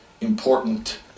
important